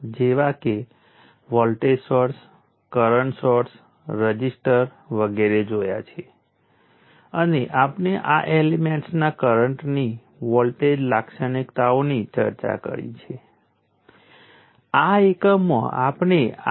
અને જેમ તમે વોલ્ટેજ કરંટના સંબંધો જાણો છો તેમ કેપેસિટર્સ અને ઇન્ડક્ટર્સ વોલ્ટેજ અને કરંટ ઇન્ટરચેન્જની ભૂમિકાઓ સાથે ગાણિતિક અર્થમાં સમાન વર્તન કરે છે